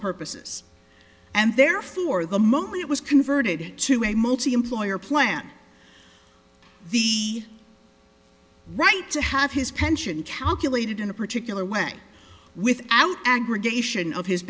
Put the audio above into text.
purposes and therefore the money it was converted to a multi employer plan the right to have his pension calculated in a particular way without angra geisha of his